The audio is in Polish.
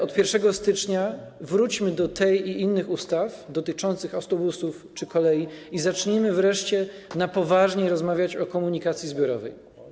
Od 1 stycznia wróćmy do tej ustawy i innych ustaw dotyczących autobusów czy kolei i zacznijmy wreszcie na poważnie rozmawiać o komunikacji zbiorowej.